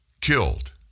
killed